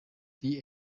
the